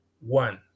one